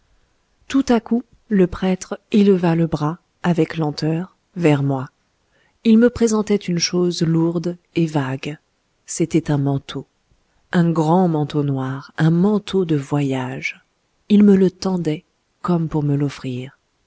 tout à coup le prêtre éleva le bras avec lenteur vers moi il me présentait une chose lourde et vague c'était un manteau un grand manteau noir un manteau de voyage il me le tendait comme pour me l'offrir